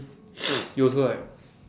you also right